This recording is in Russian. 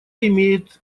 имеет